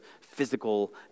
physical